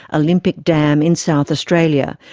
olympic dam in south australia,